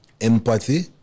empathy